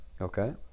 Okay